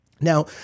Now